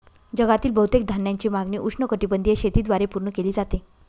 जगातील बहुतेक धान्याची मागणी उष्णकटिबंधीय शेतीद्वारे पूर्ण केली जाते